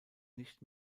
nicht